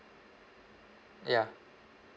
ya